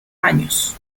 años